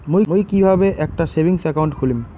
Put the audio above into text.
মুই কিভাবে একটা সেভিংস অ্যাকাউন্ট খুলিম?